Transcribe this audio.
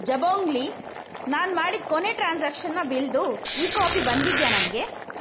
ಜಬೊಂಗ್ಲಿ ನಾನು ಮಾಡಿದ ಕೊನೆಯ ಟ್ರಾನ್ಸಾಕ್ಷನ್ನ ಬಿಲ್ದು ಈ ಕಾಪಿ ಬಂದಿದೆಯಾ ನನಗೆ